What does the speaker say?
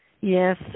Yes